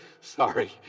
Sorry